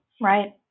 Right